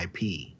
IP